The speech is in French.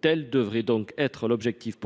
Tel devrait être l’objectif,